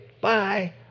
Bye